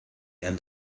and